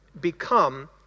become